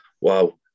wow